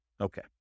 Okay